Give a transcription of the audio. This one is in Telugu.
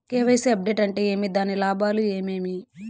కె.వై.సి అప్డేట్ అంటే ఏమి? దాని లాభాలు ఏమేమి?